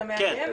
אתה מאיים?